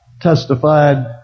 testified